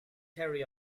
harry